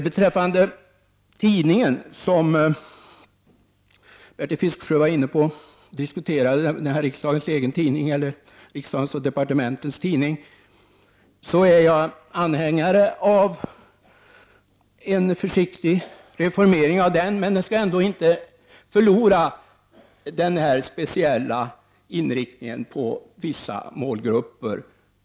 Bertil Fiskesjö diskuterade riksdagens och departementens egen tidning. För min del är jag anhängare av en försiktig reformering av tidningen, men den får inte förlora den speciella inriktningen på vissa målgrupper.